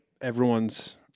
everyone's